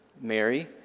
Mary